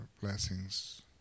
blessings